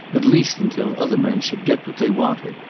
at least until other men should get what they wanted.